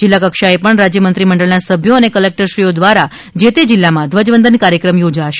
જિલ્લાકક્ષાએ પણ રાજ્યમંત્રી મંડળના સભ્યો અને કલેકટરશ્રીઓ દ્વારા જે તે જીલ્લામાં ધ્વજવંદન કાર્યક્રમ યોજાશે